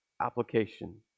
application